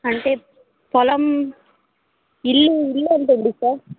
అంటే పొలం ఇల్లు ఇల్లు ఎంత ఉంది సార్